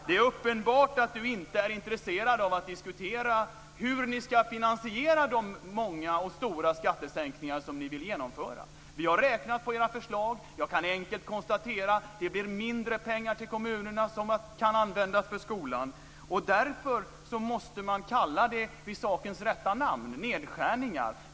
Det är uppenbart att Bo Lundgren inte är intresserad av att diskutera hur ni ska finansiera de många och stora skattesänkningar ni vill genomföra. Vi har räknat på era förslag. Jag kan enkelt konstatera att det blir mindre pengar till kommunerna som kan användas för skolan. Därför måste man kalla saken vid dess rätta namn, nedskärningar.